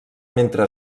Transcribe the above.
mentre